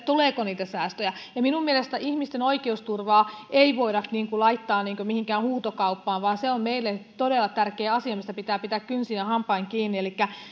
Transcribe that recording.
tuleeko niitä säästöjä minun mielestäni ihmisten oikeusturvaa ei voida laittaa mihinkään huutokauppaan vaan se on meille todella tärkeä asia mistä pitää pitää kynsin ja hampain kiinni elikkä